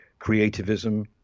creativism